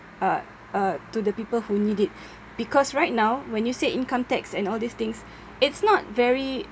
uh uh to the people who need it because right now when you say income tax and all these things it's not very